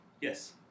Yes